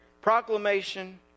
proclamation